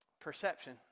perception